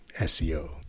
SEO